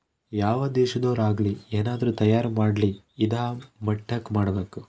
ಯಾವ್ ದೇಶದೊರ್ ಆಗಲಿ ಏನಾದ್ರೂ ತಯಾರ ಮಾಡ್ಲಿ ಇದಾ ಮಟ್ಟಕ್ ಮಾಡ್ಬೇಕು